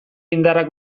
indarrak